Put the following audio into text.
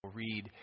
read